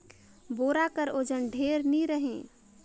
बोरा कर ओजन ढेर नी रहें